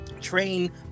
train